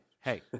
Hey